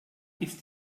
ist